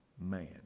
man